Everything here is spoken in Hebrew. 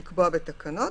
לקבוע בתקנות.